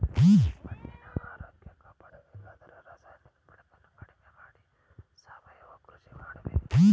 ಮಣ್ಣಿನ ಆರೋಗ್ಯ ಕಾಪಾಡಬೇಕಾದರೆ ರಾಸಾಯನಿಕ ಬಳಕೆಯನ್ನು ಕಡಿಮೆ ಮಾಡಿ ಸಾವಯವ ಕೃಷಿ ಮಾಡಬೇಕು